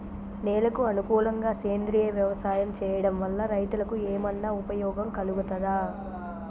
నేలకు అనుకూలంగా సేంద్రీయ వ్యవసాయం చేయడం వల్ల రైతులకు ఏమన్నా ఉపయోగం కలుగుతదా?